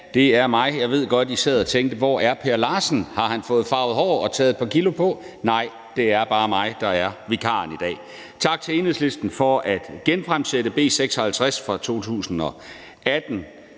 det er mig. Jeg ved godt, at I sad og tænkte: Hvor er Per Larsen? Har han fået farvet hår og taget et par kilo på? Nej, det er bare mig, der er vikar i dag. Tak til Enhedslisten for at genfremsætte B 56 fra